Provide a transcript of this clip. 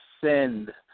Send